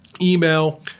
email